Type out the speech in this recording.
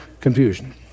confusion